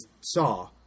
saw